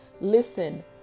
Listen